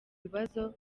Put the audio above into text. bibazo